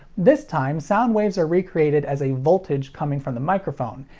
this time, sound waves are recreated as a voltage coming from the microphone,